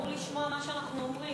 הוא אמור לשמוע את מה שאנחנו אומרים.